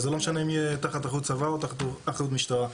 וזה לא משנה אם יהיה תחת אחריות צבא או תחת אחריות משטרה.